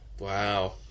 Wow